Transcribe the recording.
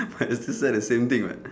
but is still the same thing [what]